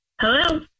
Hello